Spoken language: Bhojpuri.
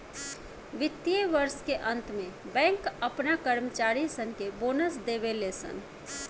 वित्तीय वर्ष के अंत में बैंक अपना कर्मचारी सन के बोनस देवे ले सन